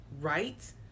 right